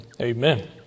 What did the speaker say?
Amen